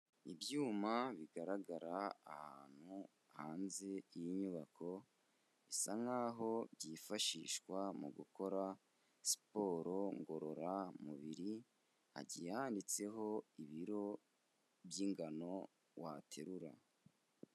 Ibyuma bigaragara ahantu hanze y'inyubako bisa nkaho byifashishwa mu gukora siporo ngororamubiri hagiye handitseho ibiro by'ingano waterura.